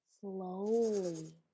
slowly